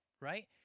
right